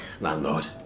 landlord